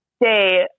day